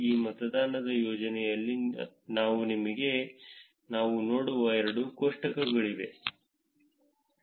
ಈ ಮತದಾನದ ಯೋಜನೆಯಲ್ಲಿ ನಾನು ನಿಮಗೆ ನಾವು ನೋಡುವ ಎರಡು ಕೋಷ್ಟಕಗಳಿವೆ